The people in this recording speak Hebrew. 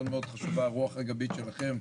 חשובה מאוד הרוח הגבית שלכם.